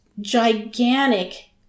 gigantic